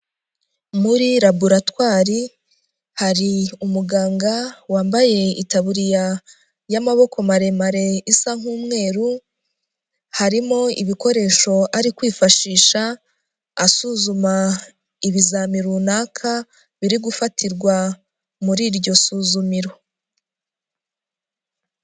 Muri laboratwari hari umuganga wambaye itaburiya y'amaboko maremare isa nk'umweru, harimo ibikoresho ari kwifashisha, asuzuma ibizamini runaka biri gufatirwa muri iryo suzumiro.